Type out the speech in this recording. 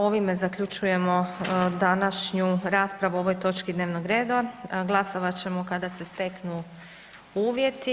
Ovime zaključujemo današnju raspravu o ovoj točki dnevnog reda, a glasovat ćemo kada se steknu uvjeti.